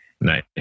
Nice